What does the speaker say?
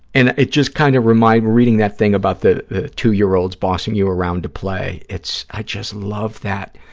and it just kind of remind, reading that thing about the two-year-olds bossing you around to play, it's, i just love that.